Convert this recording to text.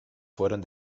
fueron